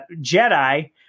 Jedi